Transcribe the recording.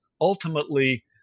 ultimately